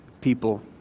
people